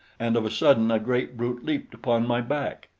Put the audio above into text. and of a sudden a great brute leaped upon my back.